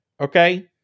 okay